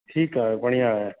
ठीकु आहे बढ़िया आहे